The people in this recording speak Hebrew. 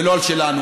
ולא על שלנו.